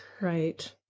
Right